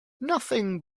nothing